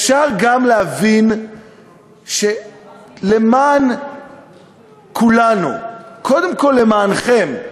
אפשר גם להבין שלמען כולנו, קודם כול למענכם,